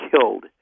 killed